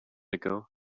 ago